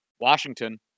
Washington